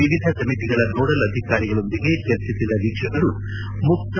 ವಿವಿಧ ಸಮಿತಿಗಳ ನೋಡಲ್ ಅಧಿಕಾರಿಗಳೊಂದಿಗೆ ಚರ್ಚಿಸಿದ ವೀಕ್ಷಕರು ಮುಕ್ಕ